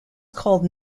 called